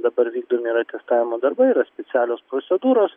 dabar vykdomi yra testavimo darbai yra specialios procedūros